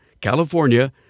California